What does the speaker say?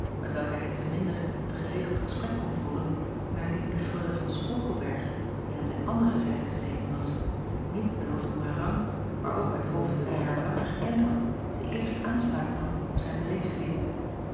met welke hij te minder een geregeld gesprek kon voeren naardien de reule van porkelberghe die aan zijn andere zijde gezeten was niet bloot om haar rang maar ook uithoofde hij haar langer gekend had de eerste aanspraken had op zijn